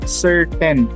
certain